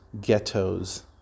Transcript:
ghettos